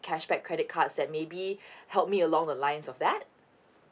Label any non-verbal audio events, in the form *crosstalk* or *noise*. cashback credit cards that maybe *breath* help me along the lines of that